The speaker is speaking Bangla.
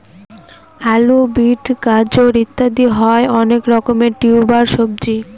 আলু, বিট, গাজর ইত্যাদি হয় অনেক রকমের টিউবার সবজি